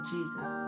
Jesus